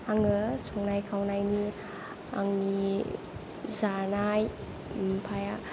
आङो संनाय खावनायनि आंनि जानाय ओमफ्राय